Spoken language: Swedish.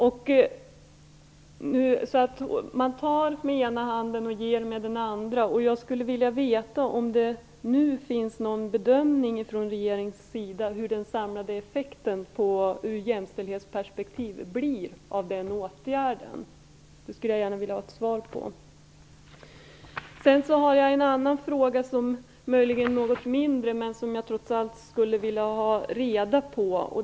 Man tar alltså med den ena handen och ger med den andra. Jag skulle gärna vilja veta om det nu görs någon bedömning från regeringens sida av hur den samlade effekten blir ur jämställdhetsperspektiv av den åtgärden. Sedan har jag en annan fråga, som möjligen är något mindre men som jag trots allt skulle vilja ha svar på.